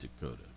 Dakota